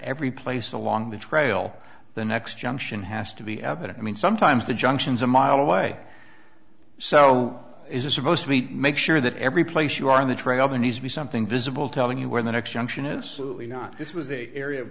every place along the trail the next junction has to be evident i mean sometimes the junctions a mile away so is a supposed to mean make sure that every place you are in the trailer needs to be something visible telling you where the next junction is this was a area